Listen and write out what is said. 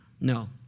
No